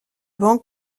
banque